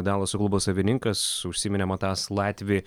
dalaso klubo savininkas užsiminė matąs latvį